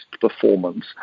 performance